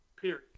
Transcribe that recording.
Period